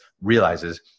realizes